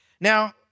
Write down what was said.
Now